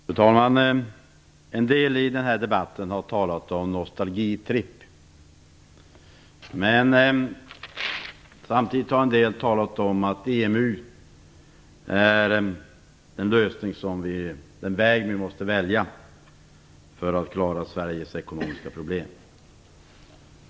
Fru talman! En del har i den här debatten talat om nostalgitripp. Samtidigt har en del talat om att EMU är den väg vi måste välja för att klara Sveriges ekonomiska problem.